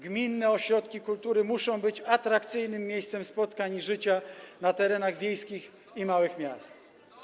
Gminne ośrodki kultury muszą być atrakcyjnym miejscem spotkań i życia na terenach wiejskich i małych miast.